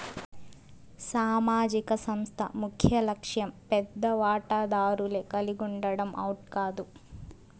సామాజిక సంస్థ ముఖ్యలక్ష్యం పెద్ద వాటాదారులే కలిగుండడం ఓట్ కాదు